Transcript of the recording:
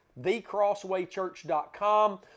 thecrosswaychurch.com